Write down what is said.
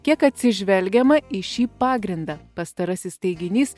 kiek atsižvelgiama į šį pagrindą pastarasis teiginys